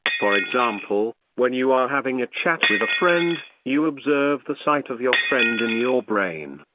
for example, when you are having a chat with a friend, you observe the sight of your friend in your brain,